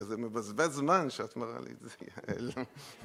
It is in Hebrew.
זה מבזבז זמן שאת מראה לי את זה, יאלה.